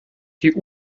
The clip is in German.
die